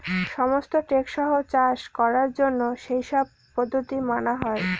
সমস্ত টেকসই চাষ করার জন্য সেই সব পদ্ধতি মানা হয়